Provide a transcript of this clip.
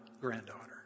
granddaughter